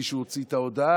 מישהו הוציא את ההודעה,